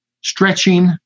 stretching